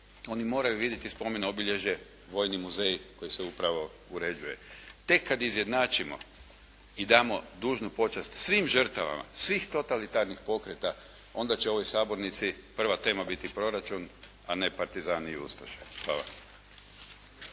oni moraju vidjeti spomen obilježje vojni muzej koji se upravo uređuje. Tek kada izjednačimo i damo dužnu počast svim žrtvama, svih totalitarnih pokreta, onda će u ovoj sabornici prva tema biti proračun, a ne partizani i ustaše. Hvala.